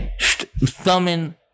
thumbing